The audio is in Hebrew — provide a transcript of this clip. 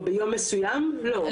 חודש,